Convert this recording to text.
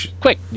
Quick